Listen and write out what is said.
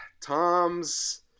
tom's